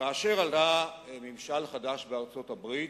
וכאשר עלה ממשל חדש בארצות-הברית,